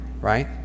right